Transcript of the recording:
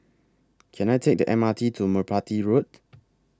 Can I Take The M R T to Merpati Road